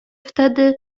wtedy